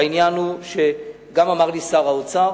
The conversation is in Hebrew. העניין הוא, שאמר לי שר האוצר